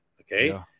Okay